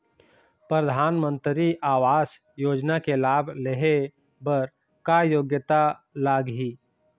परधानमंतरी आवास योजना के लाभ ले हे बर का योग्यता लाग ही?